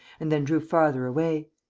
and then drew farther away.